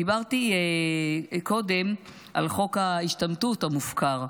דיברתי קודם על חוק ההשתמטות המופקר,